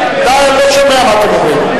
די, אני לא שומע מה אתם אומרים.